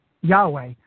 Yahweh